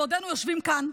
בעודנו יושבים כאן,